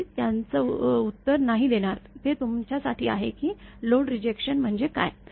मी त्याचं उत्तर नाही देणार हे तुमच्यासाठी आहे की लोड रिजेक्शन म्हणजे काय